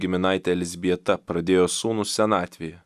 giminaitė elzbieta pradėjo sūnų senatvėje